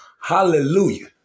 Hallelujah